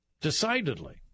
Decidedly